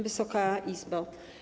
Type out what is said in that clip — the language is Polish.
Wysoka Izbo!